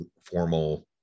formal